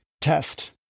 test